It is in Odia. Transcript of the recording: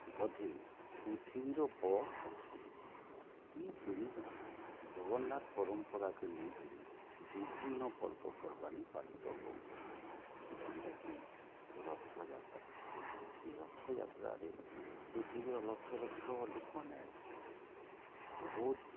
ବୋଧେ ପୃଥିବୀର ବଡ଼୍ ସଂସ୍କୃତି ଇ ପୁରୀ ନ ଜଗନ୍ନାଥ୍ ପରମ୍ପରାକେ ନେଇକିରି ବିଭିନ୍ନ ପର୍ବପର୍ବାଣି ପାଳିତ ହଉଚେ ଯେନ୍ଟାକି ରଥଯାତ୍ରା ଏ ରଥଯାତ୍ରାରେ ପୃଥିବୀର ଲକ୍ଷ ଲକ୍ଷ ଲୋକ୍ମାନେ ଆଏସନ୍ ବହୁତ୍